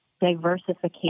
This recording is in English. diversification